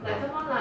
ha